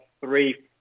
three